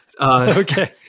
Okay